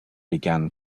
began